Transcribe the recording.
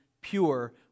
pure